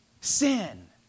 Sin